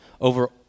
over